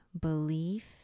belief